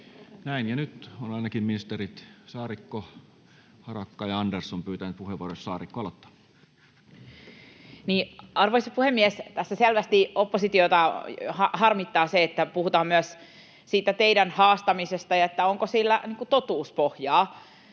Näin, ja nyt ovat ainakin ministerit Saarikko, Harakka ja Andersson pyytäneet puheenvuoroa. — Saarikko aloittaa. Arvoisa puhemies! Tässä selvästi oppositiota harmittaa se, että puhutaan myös siitä teidän haastamisestanne ja siitä, onko sillä totuuspohjaa.